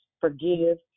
Forgive